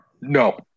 no